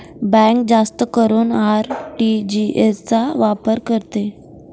bank जास्त करून RTGS चा वापर करते